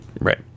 Right